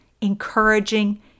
encouraging